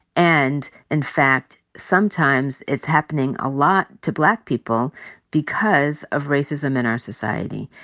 and in fact, sometimes it's happening a lot to black people because of racism in our society.